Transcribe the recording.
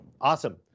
Awesome